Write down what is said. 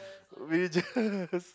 religious